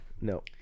No